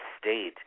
state